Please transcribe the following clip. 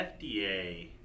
FDA